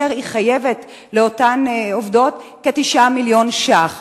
והיא חייבת לאותן עובדות כ-9 מיליון שקלים.